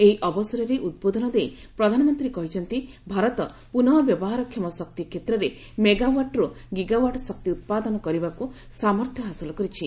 ଏହି ଅବସରରେ ଉଦ୍ବୋଧ ଦେଇ ପ୍ରଧାନମନ୍ତ୍ରୀ କହିଛନ୍ତି ଭାରତ ପୁନଃ ବ୍ୟବହାରକ୍ଷମ ଶକ୍ତି କ୍ଷେତ୍ରରେ ମେଗାୱାଟ୍ରୁ ଗିଗାୱାଟ୍ ଶକ୍ତି ଉତ୍ପାଦନ କରିବାକୁ ସାମର୍ଥ୍ୟ ହାସଲ କରିଛି